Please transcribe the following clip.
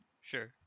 Sure